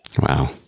Wow